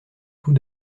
tout